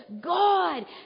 God